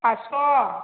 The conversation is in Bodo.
फास्स'